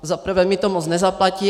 Za prvé mi to moc nezaplatí.